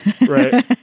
Right